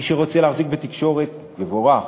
מי שרוצה להחזיק בכלי תקשורת מבורך,